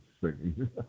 singing